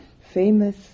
famous